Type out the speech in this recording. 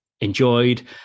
enjoyed